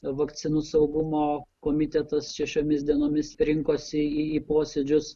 vakcinų saugumo komitetas čia šiomis dienomis rinkosi į posėdžius